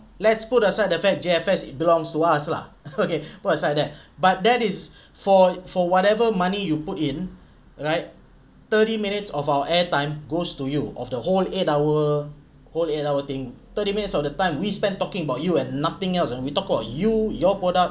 let's put aside the fact J_F_S it belongs to us lah okay was like that but that is for for whatever money you put in alright thirty minutes of our air time goes to you of the whole eight hour whole eight hour thing thirty minutes of the time we spent talking about you and nothing else when we talk about you your product